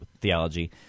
theology